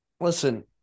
Listen